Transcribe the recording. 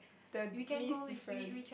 the mee is different